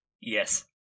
Yes